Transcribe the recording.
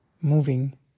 moving